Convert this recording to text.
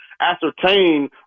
ascertain